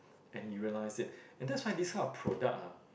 and he realize it and that's why this kind of product ah